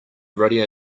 radio